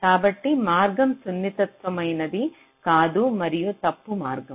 కాబట్టి మార్గం సున్నితమైనది కాదు మరియు తప్పు మార్గం